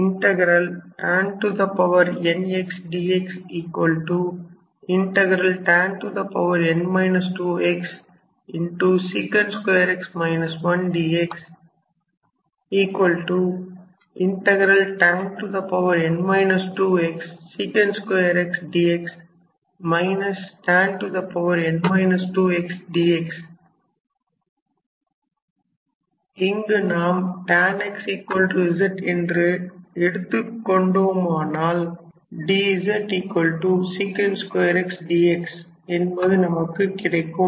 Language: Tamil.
இங்கு நாம் tan xz என்று எடுத்துக் கொண்டோமானால் dzsec 2 x dx என்பது நமக்கு கிடைக்கும்